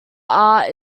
art